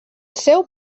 seu